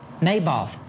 Naboth